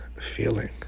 feeling